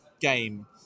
game